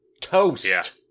Toast